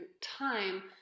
time